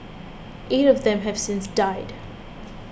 eight of them have since died